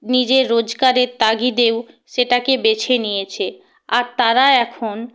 নিজের রোজগারের তাগিদেও সেটাকে বেছে নিয়েছে আর তারা এখন